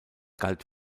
galt